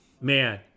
man